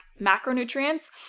macronutrients